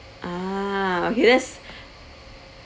ah okay that's